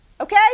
okay